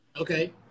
Okay